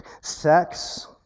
sex